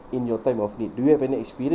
in your time of need do you have any experience